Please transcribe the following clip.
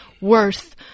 worth